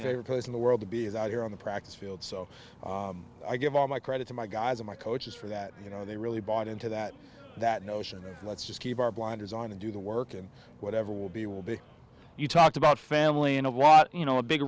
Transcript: favorite post in the world to be is out here on the practice field so i give all my credit to my guys or my coaches for that you know they really bought into that that notion of let's just keep our blinders on and do the work and whatever will be will be you talked about family and a lot you know a big